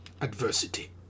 adversity